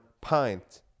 pint